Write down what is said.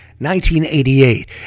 1988